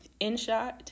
InShot